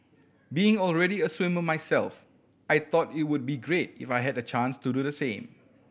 being already a swimmer myself I thought it would be great if I had the chance to do the same